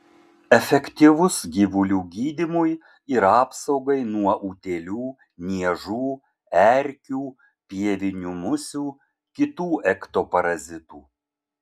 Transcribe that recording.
efektyvus gyvulių gydymui ir apsaugai nuo utėlių niežų erkių pievinių musių kitų ektoparazitų